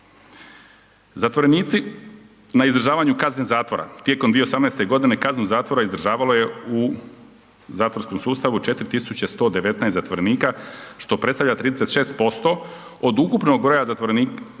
Zatvorenici na izdržavanju kazne zatvora tijekom 2018. kaznu zatvora izdržavalo je u zatvorskom sustavu 4119 zatvorenika što predstavlja 36% od ukupnog broja zatvorske